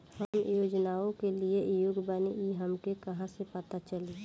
हम योजनाओ के लिए योग्य बानी ई हमके कहाँसे पता चली?